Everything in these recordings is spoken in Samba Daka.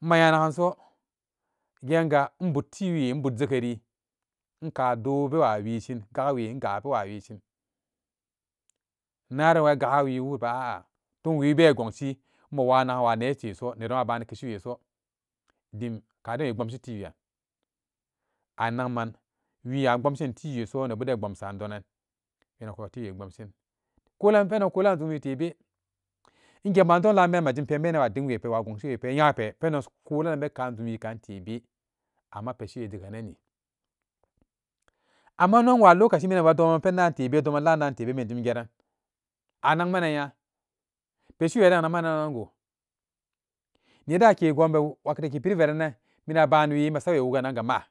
Ma nya naganso genga in buttiwe inbut jegeri inkaa doo bewawis hin ga'awe inkaa bewawishin naran ga'a wiwuriba a'a tunwibe gonshi mawanagan waneteso nedon abani keshiweso tim kaden wii bomgshi tiwe'an anakman wiiabomgsin tiweso nebuden e bomgsan donan e winaku tiwebomgsin kola pendon a kolanan zum wiitebe inge ba dom lamden wajim pen benan wa dingwepe wa gonshiwepe eyape pendon kalan be kan jumwii kan tebe amma peshi we jeagnani ammo inno inwa lokaci minan badoman pendan tebe doman lamdan tebe minan bejim gerananakmanan nya pestiweden anakmananan go nedenake gonbe ake pira ke pinvaranan minan abani masawe wuganangamaa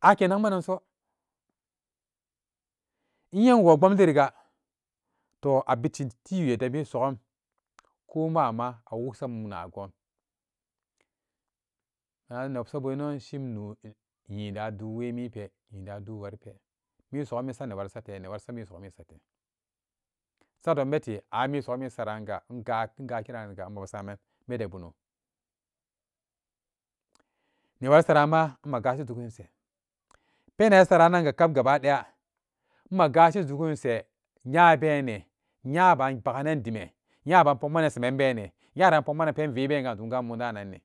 ake nakmananso inye inwo bomlinga to abishshi tiwe de misoum ko ma'ama awuk samum nagon mana newobsana bu eno shimno nyin daduwemi nyindadu waripe misogomi sa neewari satee newari sa misogomi satee sadon betee an misogomi saranga inga-ingakiran ga mabasaman bede bono newari saranma magashi zugunshe penan sarannanga kap gaba daya ma gashi jugunshe nyabene nyaban baganan dime nyama pokmanan semen beene nyaran pokmanan ben veeben anjum gambu dananne.